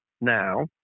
now